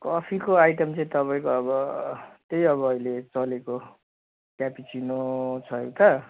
कफीको आइटम चाहिँ अब तपाईँको अब त्यही हो अब अहिले चलेको क्याफचिनो छ एउटा